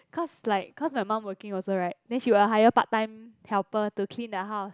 cause like cause my mum working also right then she will like hire part time helper to clean the house